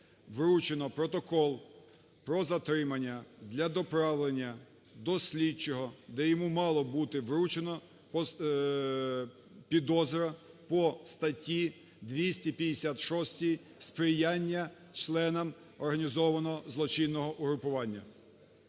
вручено протокол про затримання для доправлення до слідчого, де йому мала бути вручена підозра по статті 256 "Сприяння членам організованого злочинного угрупування".